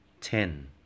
Ten